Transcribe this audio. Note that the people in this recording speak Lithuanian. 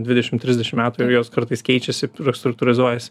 dvidešim trisdešim metų jau jos kartais keičiasi restruktūrizuojasi